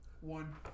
One